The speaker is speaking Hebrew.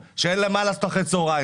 שאין להם מה לעשות בו אחרי הצוהריים,